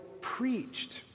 preached